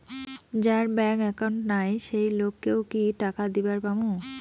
যার bank account নাই সেই লোক কে ও কি টাকা দিবার পামু?